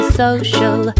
social